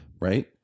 right